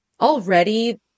already